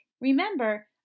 Remember